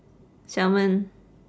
salmon